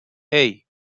hey